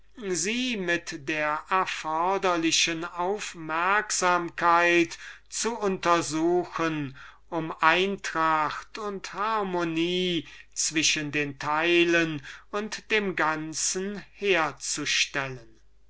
sie mit der erforderlichen aufmerksamkeit zu untersuchen eine richtige verbindung und harmonie zwischen den teilen und dem ganzen herzustellen